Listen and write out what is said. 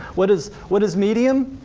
what is what is medium?